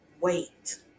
wait